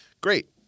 Great